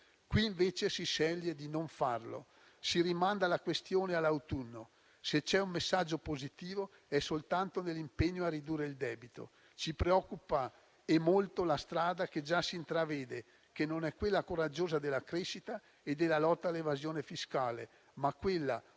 Qui invece si sceglie di non farlo e si rimanda la questione all'autunno. Se c'è un messaggio positivo, è soltanto nell'impegno a ridurre il debito. Ci preoccupa e molto la strada che già si intravede, che non è quella coraggiosa della crescita e della lotta all'evasione fiscale, ma quella bassa